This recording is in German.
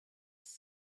ist